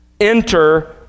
enter